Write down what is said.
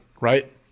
right